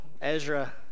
Ezra